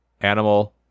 Animal